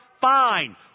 fine